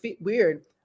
weird